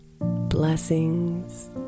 Blessings